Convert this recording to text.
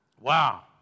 Wow